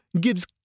gives